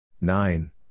nine